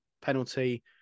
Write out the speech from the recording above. penalty